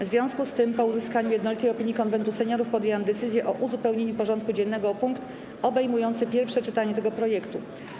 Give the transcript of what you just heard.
W związku z tym, po uzyskaniu jednolitej opinii Konwentu Seniorów, podjęłam decyzję o uzupełnieniu porządku dziennego o punkt obejmujący pierwsze czytanie tego projektu.